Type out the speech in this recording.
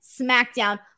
SmackDown